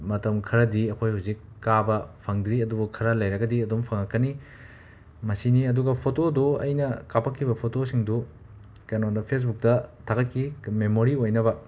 ꯃꯇꯝ ꯈꯔꯗꯤ ꯑꯩꯈꯣꯏ ꯍꯧꯖꯤꯛ ꯀꯥꯕ ꯐꯪꯗ꯭ꯔꯤ ꯑꯗꯨꯕꯨ ꯈꯔ ꯂꯩꯔꯒꯗꯤ ꯑꯗꯨꯝ ꯐꯪꯉꯛꯀꯅꯤ ꯃꯁꯤꯅꯤ ꯑꯗꯨꯒ ꯐꯣꯇꯣꯗꯨ ꯑꯩꯅ ꯀꯥꯞꯂꯛꯈꯤꯕ ꯐꯣꯇꯣꯁꯤꯡꯗꯨ ꯀꯩꯅꯣꯗ ꯐꯦꯁꯕꯨꯛꯇ ꯊꯥꯒꯠꯈꯤ ꯃꯦꯃꯣꯔꯤ ꯑꯣꯏꯅꯕ